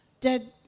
dead